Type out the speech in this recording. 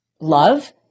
love